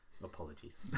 apologies